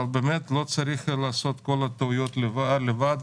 אבל לא צריך לעשות את כל הטעויות לבד,